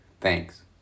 Thanks